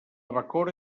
bacora